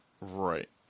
Right